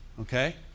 Okay